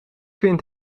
vind